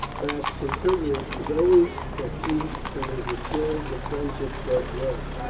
prasutagus was always profuse in his assurance of friendship towards rome,